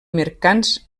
mercants